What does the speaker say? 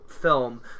film